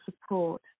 support